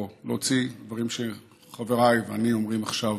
להוציא דברים שחבריי ואני אומרים עכשיו.